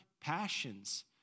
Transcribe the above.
passions